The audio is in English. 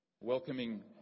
welcoming